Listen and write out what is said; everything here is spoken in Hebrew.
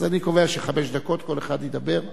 אז אני קובע שחמש דקות כל אחד ידבר.